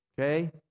Okay